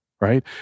right